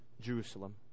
Jerusalem